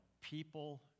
people